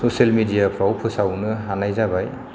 social मिडियाफ्राव फोसावनो हानाय जाबाय